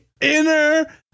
inner